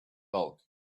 bulk